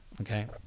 okay